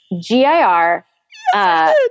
G-I-R